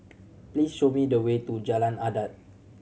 please show me the way to Jalan Adat